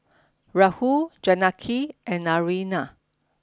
Rahul Janaki and Naraina